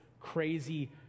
crazy